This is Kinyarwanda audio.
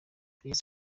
rayon